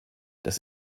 das